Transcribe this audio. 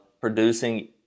producing